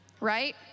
right